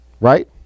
Right